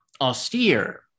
austere